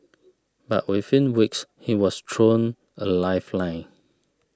but within weeks he was thrown a lifeline